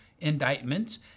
indictments